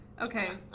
Okay